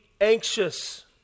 anxious